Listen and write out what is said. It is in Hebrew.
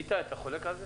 איתי, אתה חולק על זה?